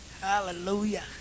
Hallelujah